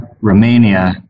Romania